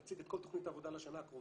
נציג את כל תכנית העבודה לשנה הקרובה,